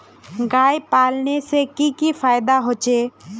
गाय पालने से की की फायदा होचे?